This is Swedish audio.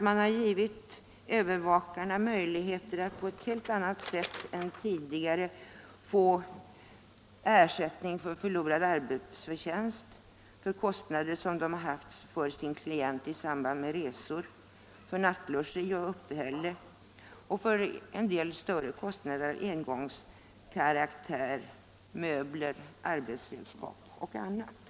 Man har givit övervakarna möjlighet att på ett helt annat sätt än tidigare få ersättning för förlorad arbetsförtjänst, för kostnader som de har haft för sina klienter i samband med resor, för nattlogi och uppehälle samt för en del större kostnader av engångskaraktär, såsom möbler, arbetsredskap och annat.